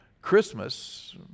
Christmas